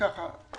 לגבי